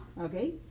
okay